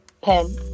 Pen